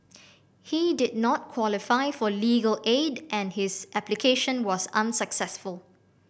he did not qualify for legal aid and his application was unsuccessful